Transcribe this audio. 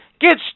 get